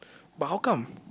but how come